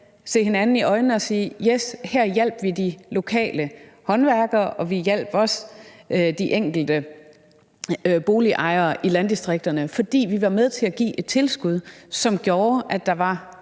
se hinanden i øjnene og sige, at yes, her hjalp vi de lokale håndværkere, og at vi også hjalp de enkelte boligejere i landdistrikterne, fordi vi var med til at give et tilskud, som gjorde, at der var